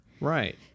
Right